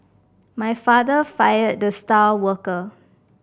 my father fired the star worker